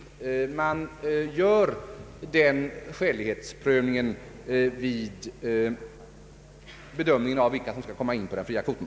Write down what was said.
Man gör den skälighetsprövningen vid bedömningen av vilka som skall komma in på den fria kvoten.